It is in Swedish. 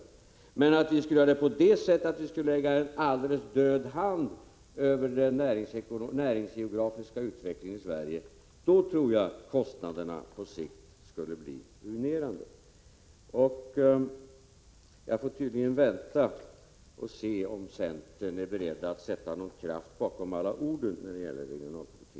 Om vi skulle försöka göra det genom att lägga en död hand över den näringsgeografiska utvecklingen i Sverige, tror jag kostnaderna på sikt skulle bli ruinerande. Jag får tydligen vänta och se om centern är beredd att sätta kraft bakom alla orden när det gäller regionalpolitiken.